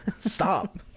Stop